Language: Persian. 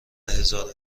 هزار